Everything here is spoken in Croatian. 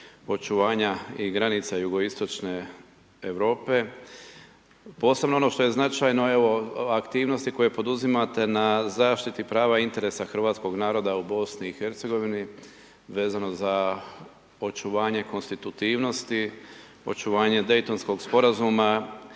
i granica jugoistočne Europe, posebno ono što je značajno, evo, aktivnosti koje poduzimate na zaštiti prava interesa hrvatskog naroda u Bosni i Hercegovini, vezano za očuvanje konstitutivnosti, očuvanje Daytonskog sporazuma,